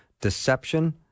Deception